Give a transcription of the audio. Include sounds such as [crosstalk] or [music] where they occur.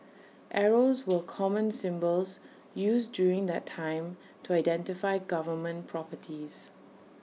arrows [noise] were common symbols used during that time to identify government properties